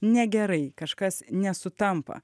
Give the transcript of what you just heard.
negerai kažkas nesutampa